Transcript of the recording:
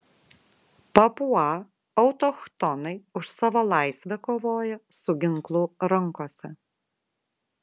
papua autochtonai už savo laisvę kovoja su ginklu rankose